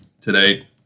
today